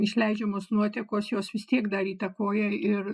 išleidžiamos nuotekos jos vis tiek dar įtakoja ir